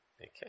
Okay